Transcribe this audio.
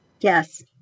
Yes